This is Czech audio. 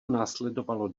následovalo